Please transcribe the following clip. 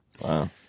Wow